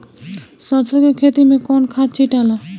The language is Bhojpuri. सरसो के खेती मे कौन खाद छिटाला?